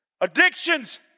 Addictions